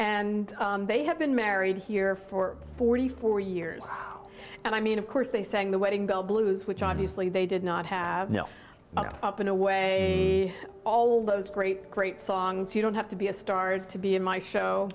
and they have been married here for forty four years and i mean of course they sang the wedding bell blues which obviously they did not have no up in a way all those great great songs you don't have to be a star to be in my show